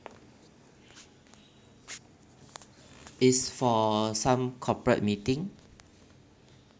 is for some corporate meeting